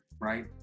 right